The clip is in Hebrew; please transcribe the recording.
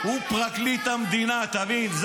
מקומך --- אתה לא מבין את